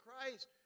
Christ